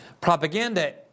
propaganda